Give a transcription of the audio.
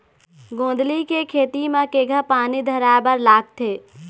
गोंदली के खेती म केघा पानी धराए बर लागथे?